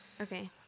Okay